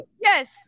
Yes